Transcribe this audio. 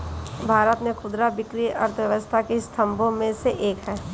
भारत में खुदरा बिक्री अर्थव्यवस्था के स्तंभों में से एक है